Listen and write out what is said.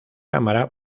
cámara